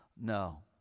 No